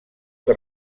que